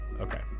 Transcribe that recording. Okay